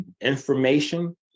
information